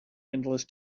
endless